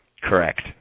Correct